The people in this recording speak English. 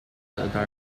promoted